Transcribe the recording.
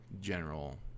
general